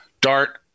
Dart